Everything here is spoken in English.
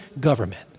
government